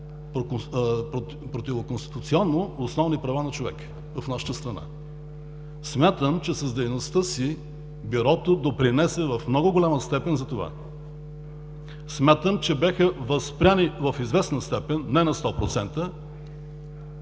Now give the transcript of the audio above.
противоконституционно основни права на човека в нашата страна. Смятам, че с дейността си Бюрото допринесе в много голяма степен за това. Смятам, че бяха възпрени в известна степен, не на 100%,